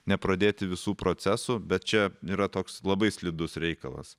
nepradėti visų procesų bet čia yra toks labai slidus reikalas